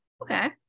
okay